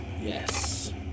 Yes